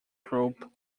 group